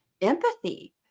empathy